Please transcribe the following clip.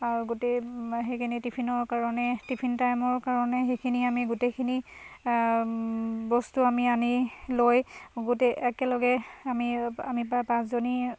আৰু গোটেই সেইখিনি টিফিনৰ কাৰণে টিফিন টাইমৰ কাৰণে সেইখিনি আমি গোটেইখিনি বস্তু আমি আনি লৈ গোটেই একেলগে আমি আমি প্ৰায় পাঁচজনী